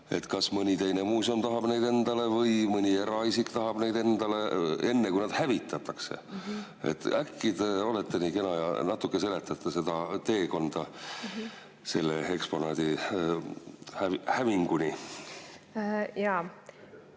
kas mõni teine muuseum tahab neid endale või mõni eraisik tahab neid endale –, enne kui need hävitatakse. Äkki te olete nii kena ja natuke seletate seda teekonda eksponaadi hävinguni.